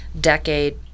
decade